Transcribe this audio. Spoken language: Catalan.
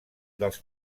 dels